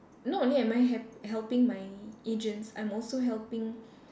not only am I hep~ helping my agents I'm also helping